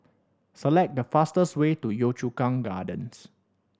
select the fastest way to Yio Chu Kang Gardens